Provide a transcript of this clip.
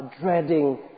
dreading